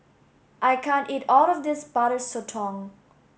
I can't eat all of this Butter Sotong